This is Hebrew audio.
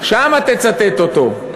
שמה תצטט אותו.